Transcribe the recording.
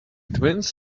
twins